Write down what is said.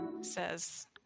says